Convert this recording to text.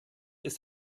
ist